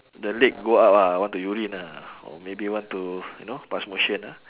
the leg go out ah want to urine ah or maybe want to you know pass motion ah